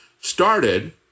started